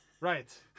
Right